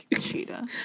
cheetah